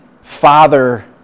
father